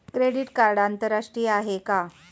Credit card आंतरराष्ट्रीय आहे का?